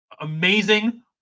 Amazing